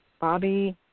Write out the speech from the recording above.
Bobby